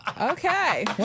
Okay